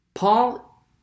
Paul